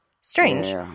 strange